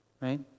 Right